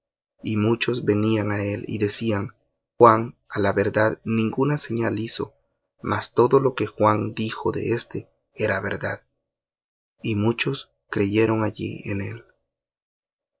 y muchos venían á él y decían juan á la verdad ninguna señal hizo mas todo lo que juan dijo de éste era verdad y muchos creyeron allí en él capítulo